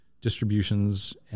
distributions